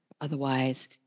Otherwise